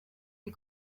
die